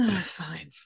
Fine